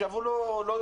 הוא לא יוצא.